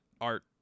art